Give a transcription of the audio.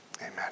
amen